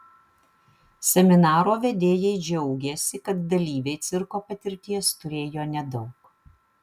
seminaro vedėjai džiaugėsi kad dalyviai cirko patirties turėjo nedaug